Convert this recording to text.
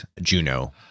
Juno